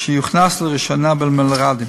שיוכנס לראשונה במלר"דים.